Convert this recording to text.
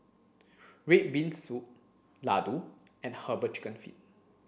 red bean soup laddu and herbal chicken feet